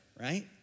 right